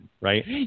right